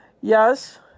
Yes